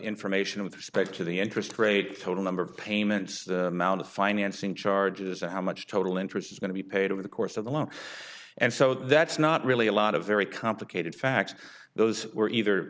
information with respect to the interest rate total number of payments the mound of financing charges and how much total interest is going to be paid over the course of the loan and so that's not really a lot of very complicated facts those were either